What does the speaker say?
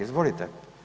Izvolite.